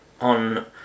on